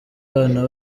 abana